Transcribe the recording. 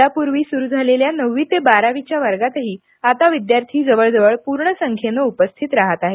यापूर्वी सुरु झालेल्या नववी ते बारावीच्या वर्गातही आता विद्यार्थी जवळ जवळ पूर्ण संख्येनं उपस्थित राहत आहेत